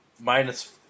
minus